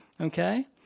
Okay